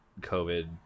COVID